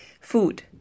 Food